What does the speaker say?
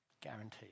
guaranteed